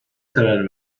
karar